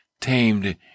tamed